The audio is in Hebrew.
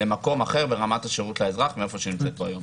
למקום אחר ברמת השירות לאזרח מהמקום שהיא נמצאת בו היום.